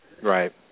Right